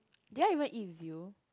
did I even eat with you